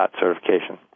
certification